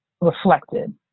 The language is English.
reflected